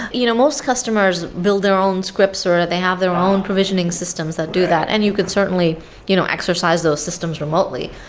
you know most customers build their own scripts or that they have their own provisioning systems that do that, and you could certainly you know exercise those systems remotely,